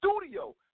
studio